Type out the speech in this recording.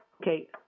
okay